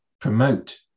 promote